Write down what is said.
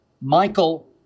Michael